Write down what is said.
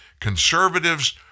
conservatives